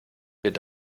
wird